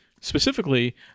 specifically